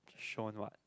shown what